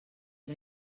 era